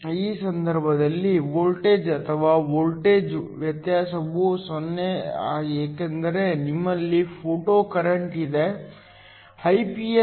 ಈ ಸಂದರ್ಭದಲ್ಲಿ ವೋಲ್ಟೇಜ್ ಅಥವಾ ವೋಲ್ಟೇಜ್ ವ್ಯತ್ಯಾಸವು 0 ಏಕೆಂದರೆ ನಿಮ್ಮಲ್ಲಿ ಫೋಟೊಕರೆಂಟ್ ಇದೆ Iph